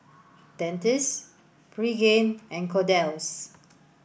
Dentiste Pregain and Kordel's